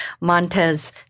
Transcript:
montez